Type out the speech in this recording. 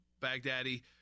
Baghdadi